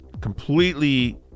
completely